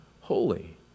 holy